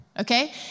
okay